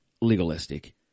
legalistic